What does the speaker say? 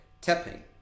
tapping